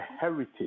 heritage